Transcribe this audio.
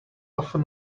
often